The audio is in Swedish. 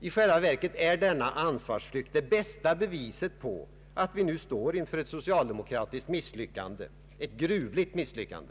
I själva verket är denna ansvarsflykt det bästa beviset på att vi nu står inför ett socialdemokratiskt misslyckande — ett gruvligt misslyckande.